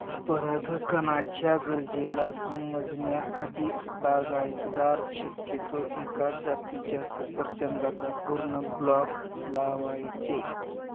परागकणाच्या गरजेला समजण्या आधीच, बागायतदार शक्यतो एकाच जातीच्या सफरचंदाचा पूर्ण ब्लॉक लावायचे